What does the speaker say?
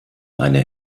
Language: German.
eine